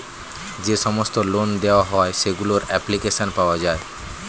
যে সমস্ত লোন দেওয়া হয় সেগুলোর অ্যাপ্লিকেশন পাওয়া যায়